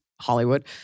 Hollywood